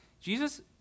Jesus